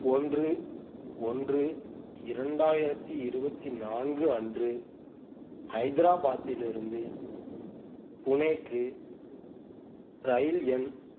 ஒன்று ஒன்று இரண்டாயிரத்தி இருபத்தி நான்கு அன்று ஹைத்ராபாத்திலிருந்து புனேக்கு இரயில் எண்